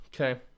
okay